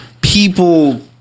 people